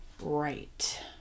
Right